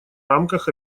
рамках